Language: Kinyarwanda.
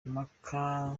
impaka